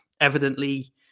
evidently